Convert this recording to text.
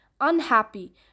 unhappy